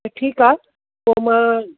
ठीकु आहे पोइ मां